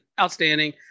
outstanding